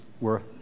worth